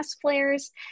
flares